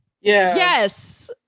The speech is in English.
yes